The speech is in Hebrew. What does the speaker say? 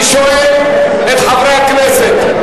אני שואל את חברי הכנסת,